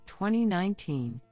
2019